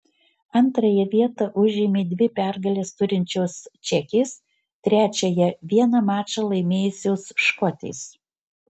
antrąją vietą užėmė dvi pergales turinčios čekės trečiąją vieną mačą laimėjusios škotės